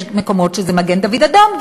יש מקומות שזה מגן-דוד-אדום,